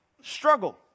struggle